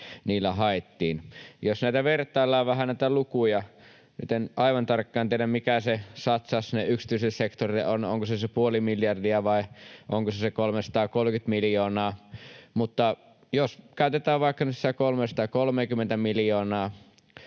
niillä haettiin. Jos vertaillaan vähän näitä lukuja, nyt en aivan tarkkaan tiedä, mikä se satsaus sinne yksityiselle sektorille on, onko se se puoli miljardia vai onko se se 330 miljoonaa, mutta jos käytetään vaikka nyt sitä 330:tä miljoonaa,